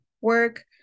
work